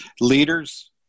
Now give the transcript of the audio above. Leaders